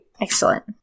Excellent